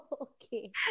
Okay